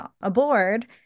aboard